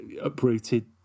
uprooted